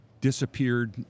disappeared